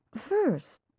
First